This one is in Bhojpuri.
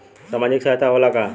सामाजिक सहायता होला का?